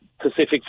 Pacific